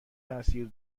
تاثیر